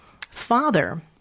father